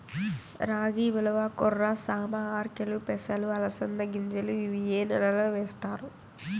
రాగి, ఉలవ, కొర్ర, సామ, ఆర్కెలు, పెసలు, అలసంద గింజలు ఇవి ఏ నెలలో వేస్తారు?